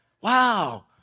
wow